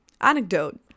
anecdote